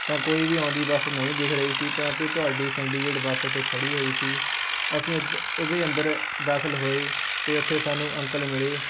ਤਾਂ ਕੋਈ ਵੀ ਆਉਂਦੀ ਬੱਸ ਨਹੀਂ ਦਿਖ ਰਹੀ ਸੀ ਪਰੰਤੂ ਤੁਹਾਡੀ ਸੰਡੀਕੇਟ ਬੱਸ ਉੱਥੇ ਖੜ੍ਹੀ ਹੋਈ ਸੀ ਅਸੀਂ ਉੱਥ ਉਹਦੇ ਅੰਦਰ ਦਾਖਲ ਹੋਏ ਅਤੇ ਉੱਥੇ ਸਾਨੂੰ ਅੰਕਲ ਮਿਲੇ